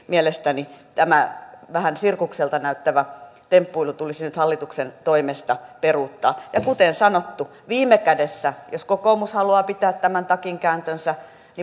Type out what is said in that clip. mielestäni tämä vähän sirkukselta näyttävä temppuilu tulisi nyt hallituksen toimesta peruuttaa kuten sanottu viime kädessä jos kokoomus haluaa pitää tämän takinkääntönsä